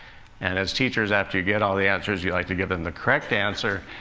and as teachers, after you get all the answers, you like to give them the correct answer.